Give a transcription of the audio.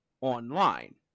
online